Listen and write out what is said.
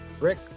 Rick